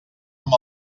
amb